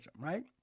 right